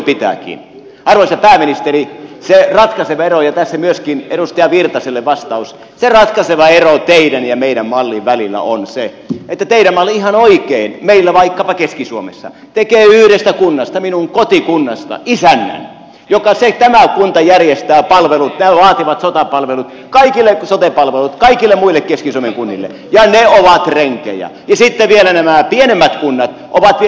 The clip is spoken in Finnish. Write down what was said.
arvoisa pääministeri se ratkaiseva ero ja tässä myöskin edustaja virtaselle vastaus teidän ja meidän mallin välillä on se että teidän malli ihan oikein meillä vaikkapa keski suomessa tekee yhdestä kunnasta minun kotikunnastani isännän ja tämä kunta järjestää palvelut vaativat sote palvelut kaikille muille keski suomen kunnille ja ne ovat renkejä ja sitten nämä pienemmät kunnat ovat vielä renkien renkejä